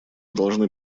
должны